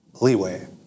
leeway